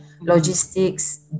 logistics